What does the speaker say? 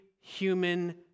human